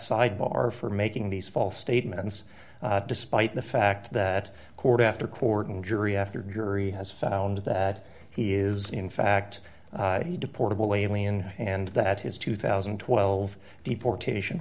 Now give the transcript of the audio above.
sidebar for making these false statements despite the fact that court after court and jury after jury has found that he is in fact he deportable alien and that his two thousand and twelve deportation